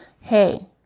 hey